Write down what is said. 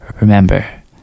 Remember